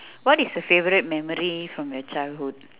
what is a favourite memory from your childhood